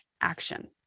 action